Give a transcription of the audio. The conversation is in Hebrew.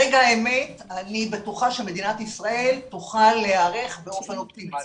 ברגע האמת אני בטוחה שמדינת ישראל תוכל להיערך באופן אופטימלי.